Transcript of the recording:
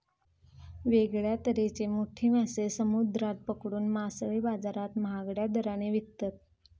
वेगळ्या तरेचे मोठे मासे समुद्रात पकडून मासळी बाजारात महागड्या दराने विकतत